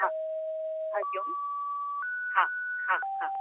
हा हरि ओम हा हा हा